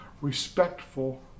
respectful